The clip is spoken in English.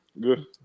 good